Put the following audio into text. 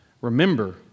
remember